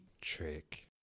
Trick